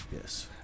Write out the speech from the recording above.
Yes